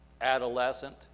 adolescent